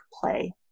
Play